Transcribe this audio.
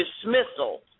dismissal